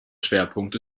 schwerpunkt